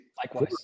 Likewise